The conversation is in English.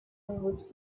was